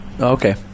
Okay